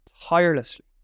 tirelessly